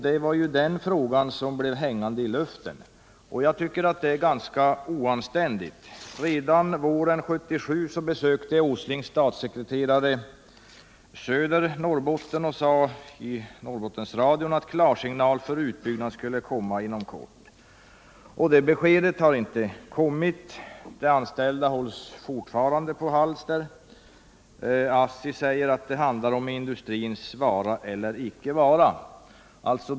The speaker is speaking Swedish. Den frågan blev ju hängande i luften, och jag tycker att det är ganska oanständigt. Redan våren 1977 besökte herr Åslings statssekreterare Gunnar Söder Norrbotten, och han sade i Norrbottensradion att klarsignal för utbyggnad skulle komma inom kort. Det beskedet har inte kommit. De anställda hålls fortfarande på halster. ASSI säger att det handlar om industrins vara eller icke vara.